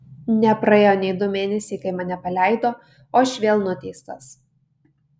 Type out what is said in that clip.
nepraėjo nei du mėnesiai kai mane paleido o aš vėl nuteistas